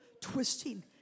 twisting